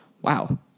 Wow